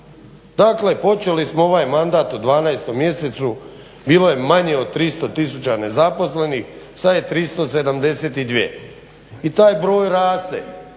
Dakle, počeli smo ovaj mandat u 12 mjesecu. Bilo je manje od 300000 nezaposlenih. Sad je 372 i taj broj raste.